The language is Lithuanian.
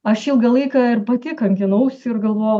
aš ilgą laiką ir pati kankinausi ir galvojau